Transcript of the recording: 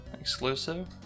exclusive